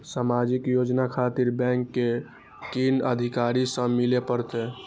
समाजिक योजना खातिर बैंक के कुन अधिकारी स मिले परतें?